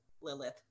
Lilith